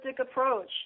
approach